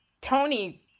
Tony